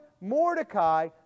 Mordecai